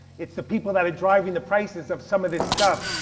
it's the people that are driving the prices of some of this stuff.